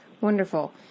Wonderful